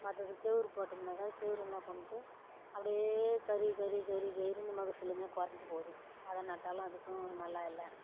மற்றது கேவுரு போட்டோம்னாக்க கேவுரு என்ன பண்ணுது அப்படியே கருகி கருகி கருகி கருகி இருந்த மகசூலுமே கொறைஞ்சி போகுது அதை நட்டாலும் அதுக்கும் நல்லா இல்லை